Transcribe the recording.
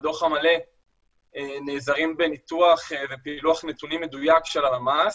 בדוח המלא נעזרים בניתוח ובפילוח נתונים מדויק של הלמ"ס,